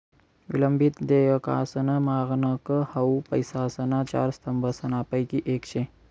विलंबित देयकासनं मानक हाउ पैसासना चार स्तंभसनापैकी येक शे